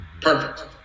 Perfect